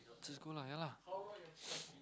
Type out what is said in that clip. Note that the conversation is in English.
just go lah ya lah